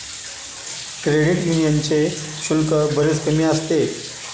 credit यूनियनचे शुल्क बरेच कमी असते